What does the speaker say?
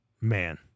man